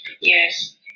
Yes